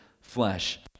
flesh